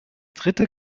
dritte